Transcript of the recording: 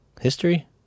History